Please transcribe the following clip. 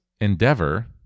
endeavor